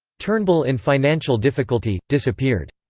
turnbull in financial difficulty, disappeared.